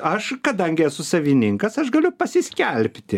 aš kadangi esu savininkas aš galiu pasiskelbti